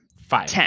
five